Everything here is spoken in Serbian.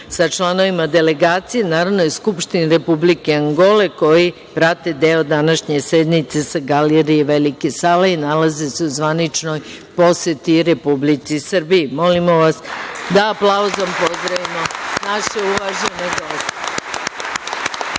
sa članovima delegacije Narodne skupštine Republike Angole, koji prate deo današnje sednice sa galerije velike sale i nalaze se u zvaničnoj poseti Republici Srbiji. Molimo vas da aplauzom pozdravimo naše uvažen